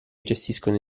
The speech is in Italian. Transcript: gestiscono